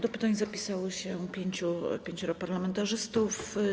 Do pytań zapisało się pięcioro parlamentarzystów.